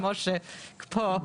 כמו פה.